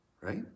Right